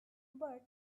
but